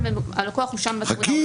חכי,